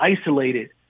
isolated